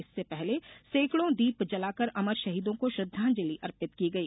इससे पहले सैकड़ो दीप जलाकर अमर शहीदों को श्रद्वांजलि अर्पित की गई